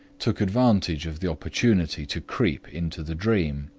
took advantage of the opportunity to creep into the dream,